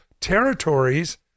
territories